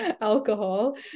alcohol